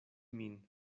min